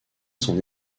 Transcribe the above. son